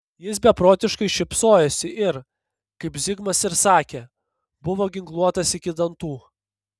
jis beprotiškai šypsojosi ir kaip zigmas ir sakė buvo ginkluotas iki dantų